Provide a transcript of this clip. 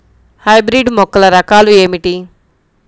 Hybrid మొక్కల రకాలు ఏమిటి?